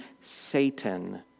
Satan